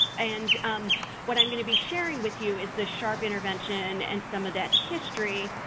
and what i'm going to be sharing with you is the sharp intervention and some of that history.